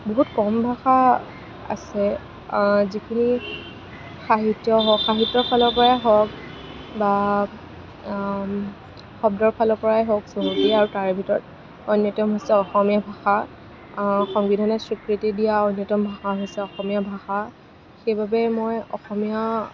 বহুত কম ভাষা আছে যিখিনি সাহিত্য হওক সাহিত্যৰ ফালৰ পৰাই হওক বা শব্দৰ ফালৰ পৰাই হওক চহকী আৰু তাৰে ভিতৰত অন্যতম হৈছে অসমীয়া ভাষা সাংবিধানিক স্বীকৃতি দিয়া অন্যতম ভাষা হৈছে অসমীয়া ভাষা সেইবাবে মই অসমীয়া